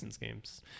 games